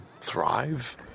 thrive